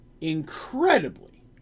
incredibly